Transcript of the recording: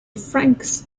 franks